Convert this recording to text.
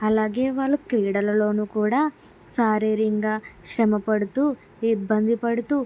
అలాగే వాళ్లు క్రీడలలోనూ కూడా శారీరంగా శ్రమ పడుతూ ఇబ్బంది పడుతూ